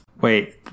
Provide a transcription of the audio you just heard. Wait